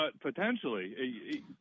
potentially